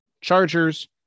Chargers